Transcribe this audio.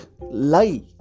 lie